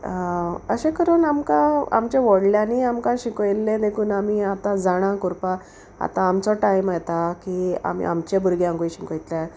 अशें करून आमकां आमच्या व्हडल्यांनी आमकां शिकोयल्लें देखून आमी आतां जाणां कोरपाक आतां आमचो टायम येता की आमी आमचे भुरग्यांकूय शिकयतले